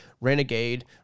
renegade